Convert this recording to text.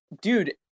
dude